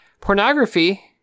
Pornography